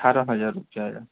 अठारह हजार रुपैआ यऽ